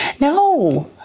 No